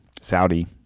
Saudi